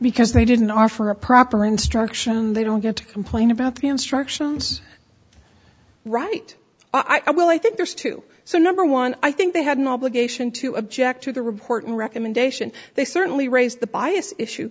because they didn't offer a proper instruction they don't get to complain about the instructions right i well i think there's too so number one i think they had an obligation to object to the report and recommendation they certainly raised the bias issue